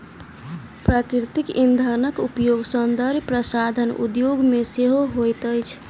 प्राकृतिक इंधनक उपयोग सौंदर्य प्रसाधन उद्योग मे सेहो होइत अछि